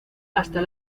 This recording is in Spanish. hasta